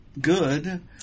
good